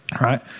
right